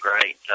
great